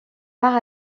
par